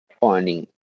finding